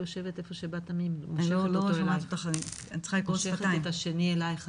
כשבעצם מחנכת או מורה נתקל או נתקלת בתלמיד במצוקה